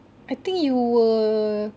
I think you were